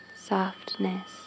softness